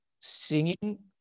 singing